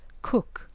cook,